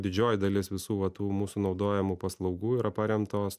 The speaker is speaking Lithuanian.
didžioji dalis visų va tų mūsų naudojamų paslaugų yra paremtos